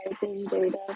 data